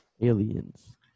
Aliens